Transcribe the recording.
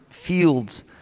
fields